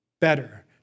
better